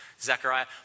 Zechariah